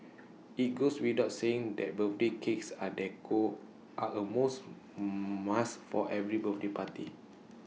IT goes without saying that birthday cakes and decor are A most must for every birthday party